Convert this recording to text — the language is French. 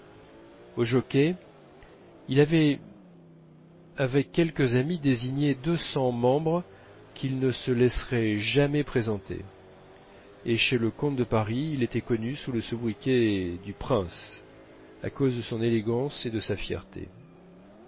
au jockey il avait avec quelques amis désigné deux cents membres qu'ils ne se laisseraient jamais présenter et chez le comte de paris il était connu sous le sobriquet du prince à cause de son élégance et de sa fierté